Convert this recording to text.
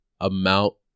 amount